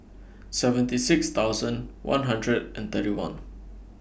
seventy six thousand one hundred and thirty one